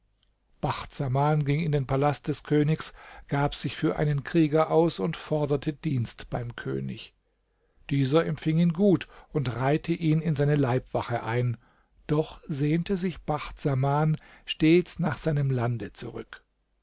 bacht saman ging in den palast des königs gab sich für einen krieger aus und forderte dienst beim könig dieser empfing ihn gut und reihte ihn in seine leibwache ein doch sehnte sich bacht saman stets nach seinem lande zurück